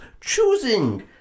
choosing